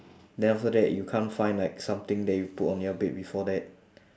then after that you can't find like something that you put on your bed before that